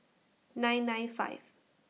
nine nine five